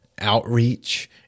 outreach